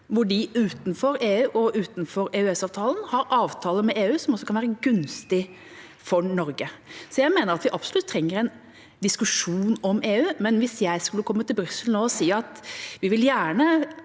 som er utenfor EU og EØS-avtalen, har avtaler med EU som også kan være gunstige for Norge. Så jeg mener at vi absolutt trenger en diskusjon om EU, men hvis jeg skulle komme til Brussel nå og si at vi gjerne